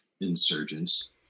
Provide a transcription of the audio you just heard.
insurgents